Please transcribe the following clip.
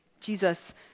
Jesus